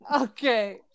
Okay